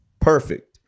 Perfect